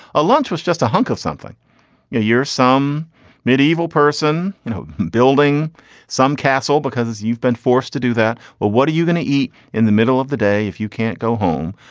a lunch was just a hunk of something year some medieval person you know building some castle because you've been forced to do that. well what are you going to eat in the middle of the day if you can't go home.